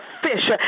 fish